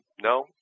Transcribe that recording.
No